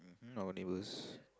not only worse